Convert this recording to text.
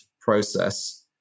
process